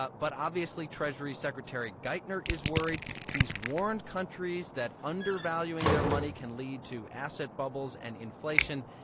ah but obviously, treasury secretary geithner is worried. he's warned countries that undervaluing their money can lead to asset bubbles and inflation,